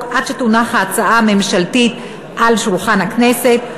עד שתונח ההצעה הממשלתית על שולחן הכנסת,